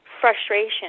frustration